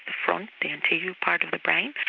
the front, the anterior part of the brain,